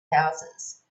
houses